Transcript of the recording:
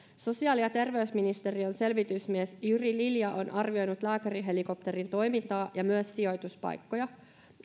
sosiaali ja terveysministeriön selvitysmies jyri lilja on arvioinut lääkärihelikopterin toimintaa ja myös sijoituspaikkoja